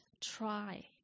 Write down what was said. try